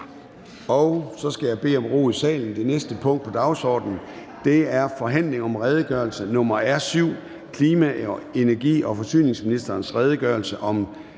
Det er vedtaget. --- Det næste punkt på dagsordenen er: 32) Forhandling om redegørelse nr. R 7: Klima-, energi- og forsyningsministerens redegørelse om